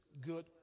good